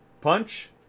punch